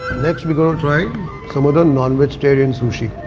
next we're going to try some of the non vegetarian sushi.